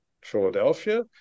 Philadelphia